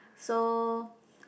so